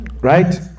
Right